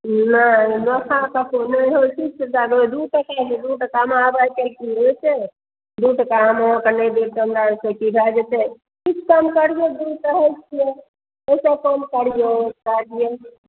नहि नफा सबके नहि होइ छै जे दए देबै दू टका नहि दू टकामे आब आइ काल्हि की होइ छै दू टका हम अहाँके नहि देब तऽ हमरा आरके ओहि से की भए जेतै किछु कम करियो ओहि से कम करियो